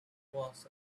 was